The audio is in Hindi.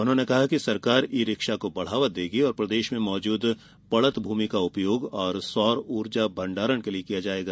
उन्होंने कहा कि सरकार ई रिक्शा को बढ़ावा देगी और प्रदेश में मौजूद पड़त भूमि का उपयोग सौर ऊर्जा भंडारण के लिए किया जाएगा